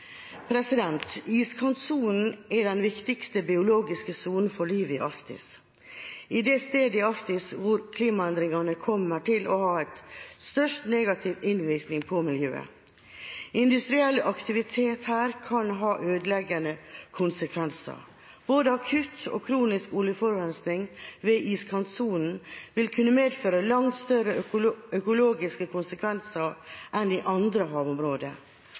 Iskantsonen er den viktigste biologiske sonen for livet i Arktis og er det stedet i Arktis hvor klimaendringene kommer til å ha størst negativ innvirkning på miljøet. Industriell aktivitet her kan ha ødeleggende konsekvenser. Både akutt og kronisk oljeforurensning ved iskantsonen vil kunne medføre langt større økologiske konsekvenser enn i andre havområder.